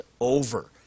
over